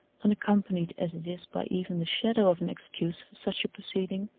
unaccompanied as it is by even the shadow of an excuse for such a proceeding,